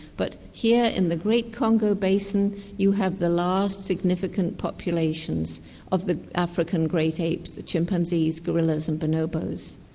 but here in the great congo basin you have the last significant populations of the african great apes, the chimpanzees, gorillas and bonobos.